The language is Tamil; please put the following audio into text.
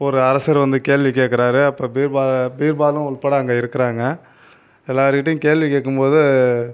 ஒரு அரசர் வந்து கேள்வி கேட்குறாரு அப்போ பீர்பால் பீர்பாலும் உள்பட அங்கே இருக்கிறாங்க எல்லாருக்கிட்டயும் கேள்வி கேட்கும் போது